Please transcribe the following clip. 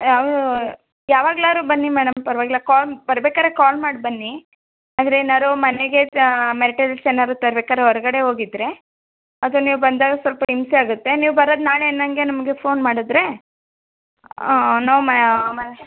A ಅವರು ಯಾವಾಗ್ಲಾರು ಬನ್ನಿ ಮೇಡಮ್ ಪರವಾಗಿಲ್ಲ ಕಾಲ್ ಬರಬೇಕಾದ್ರೆ ಕಾಲ್ ಮಾಡಿ ಬನ್ನಿ ಅಂದರೆ ಏನಾರು ಮನೆಗೆ ತಾ ಮೆಟೆರಲ್ಸ್ ಏನಾದರು ತರಬೇಕಾದ್ರೆ ಹೊರಗಡೆ ಹೋಗಿದ್ರೆ ಅದು ನೀವು ಬಂದಾಗ ಸ್ವಲ್ಪ ಹಿಂಸೆ ಆಗುತ್ತೆ ನೀವು ಬರೋದು ನಾಳೆ ಅಂದಾಗೆ ನಮಗೆ ಫೋನ್ ಮಾಡಿದ್ರೆ ನಾವು ಮ್ಯ ಮ